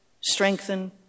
strengthen